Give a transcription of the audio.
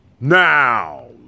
Now